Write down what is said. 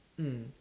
mm